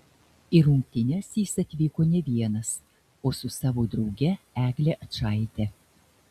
į rungtynes jis atvyko ne vienas o su savo drauge egle ačaite